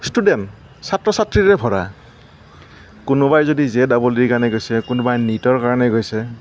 student ছাত্ৰ ছাত্ৰীৰে ভৰা কোনোবাই যদি জে ডবল ইৰ কাৰণে গৈছে কোনোবাই নীটৰ কাৰণে গৈছে